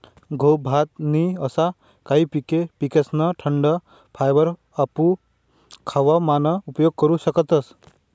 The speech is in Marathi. गहू, भात नी असा काही पिकेसकन डंठल फायबर आपू खावा मान उपयोग करू शकतस